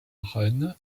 run